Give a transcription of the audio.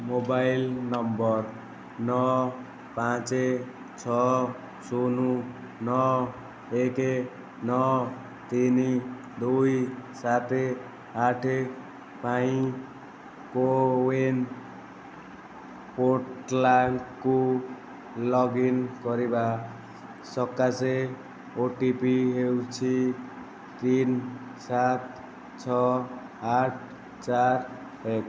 mobile number ନଅ ପାଞ୍ଚେ ଛଅ ଶୂନ ନଅ ଏକେ ନଅ ତିନି ଦୁଇ ସାତେ ଆଠେ ପାଇଁ କୋୱିନ୍ ପୋର୍ଟାଲ୍କୁ ଲଗ୍ଇନ୍ କରିବା ସକାଶେ ଓ ଟି ପି ହେଉଛି ତିନି ସାତ ଛଅ ଆଠ ଚାରି ଏକ